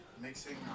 mixing